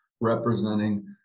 representing